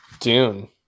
Dune